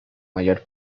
mayor